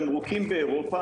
התמרוקים באירופה,